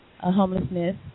homelessness